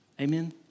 amen